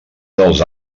dels